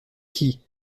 qui